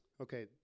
Okay